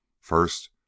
First